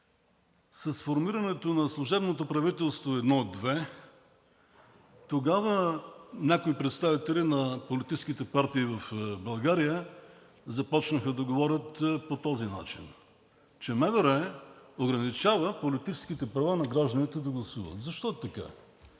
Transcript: сформирането на служебното правителство 1 – 2 тогава някои представители на политическите партии в България започнаха да говорят по този начин, че МВР ограничава политическите права на гражданите да гласуват? Защо така?